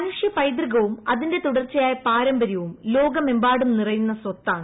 മന്റു ്ഷു പൈതൃകവും അതിന്റെ തുടർച്ചയായ പാരമ്പര്യവും ലോകമെമ്പാടും നിറയുന്ന സ്വത്താണ്